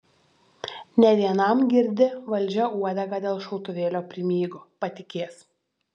ne vienam girdi valdžia uodegą dėl šautuvėlio primygo patikės